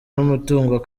n’umutungo